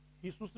Jesus